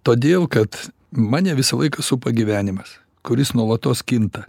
todėl kad mane visą laiką supa gyvenimas kuris nuolatos kinta